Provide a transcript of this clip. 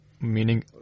Meaning